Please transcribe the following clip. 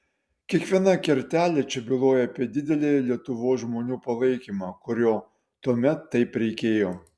kiekviena kertelė čia byloja apie didelį lietuvos žmonių palaikymą kurio tuomet taip reikėjo